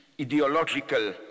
ideological